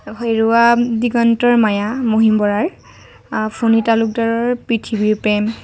হেৰুৱা দিগন্তৰ মায়া মহিম বৰাৰ ফণী তালুকদাৰৰ পৃথিৱীৰ প্ৰেম